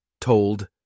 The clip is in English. Told